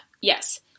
Yes